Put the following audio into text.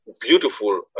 beautiful